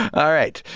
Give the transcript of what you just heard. all right.